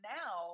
now